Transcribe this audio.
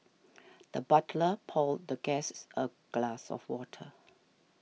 the butler poured the guests a glass of water